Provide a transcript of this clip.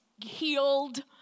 healed